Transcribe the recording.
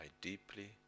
deeply